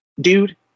dude